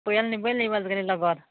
পৰিয়াল নিবই লাগিব আজিকালি লগত